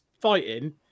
fighting